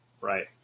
right